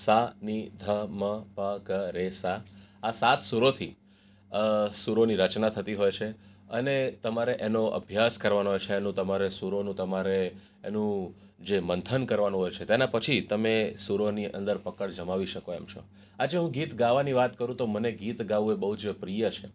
સા ની ધ મ પ ગ રે સા આ સાત સુરોથી સુરોની રચના થતી હોય છે અને તમારે એનો અભ્યાસ કરવાનો હોય છે એનું તમારે સુરોનું તમારે એનું જે મંથન કરવાનું હોય છે એનાં પછી તમે સુરોને સમાવી શકો એમ છો આજે હું ગીત ગાવાની વાત કરું તો મને ગીત ગાવું એ બહુ જ પ્રિય છે